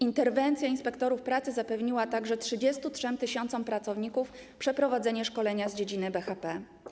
Interwencja inspektorów pracy zapewniła także 33 tys. pracowników przeprowadzenie szkolenia z dziedziny BHP.